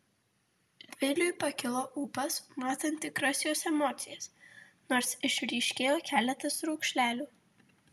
viliui pakilo ūpas matant tikras jos emocijas nors išryškėjo keletas raukšlelių